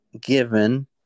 given